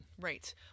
Right